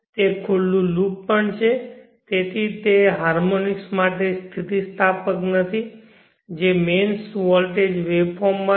તે ખુલ્લું લૂપ પણ છે તેથી તે હાર્મોનિક્સ માટે સ્થિતિસ્થાપક નથી જે મેઇન્સ વોલ્ટેજ વેવફોર્મમાં છે